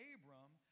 Abram